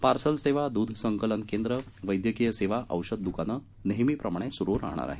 parcel सेवा दूध संकलन केंद्र वद्यक्रीय सेवा औषध दुकाने नेहमीप्रमाणे सुरू राहणार आहेत